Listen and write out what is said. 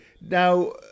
Now